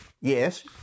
Yes